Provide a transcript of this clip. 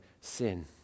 sin